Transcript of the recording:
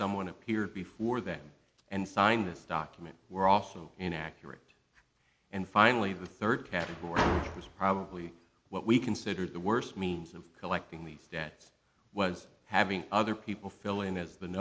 someone appeared before them and signed this document were also inaccurate and finally the third category was probably what we considered the worst means of collecting these debts was having other people fill in as the